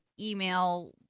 email